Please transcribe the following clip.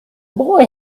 boy